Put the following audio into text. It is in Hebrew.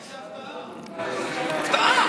יופי.